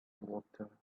water